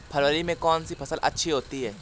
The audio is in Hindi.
फरवरी में कौन सी फ़सल अच्छी होती है?